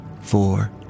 four